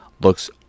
Looks